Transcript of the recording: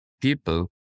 people